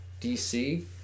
DC